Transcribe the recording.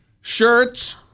shirts